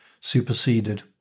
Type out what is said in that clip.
superseded